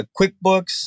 QuickBooks